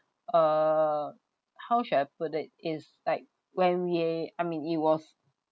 uh how should I put it is like when we I mean it was